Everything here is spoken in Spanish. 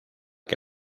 que